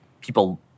people